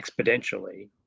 exponentially